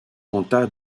tenta